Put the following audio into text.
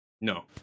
No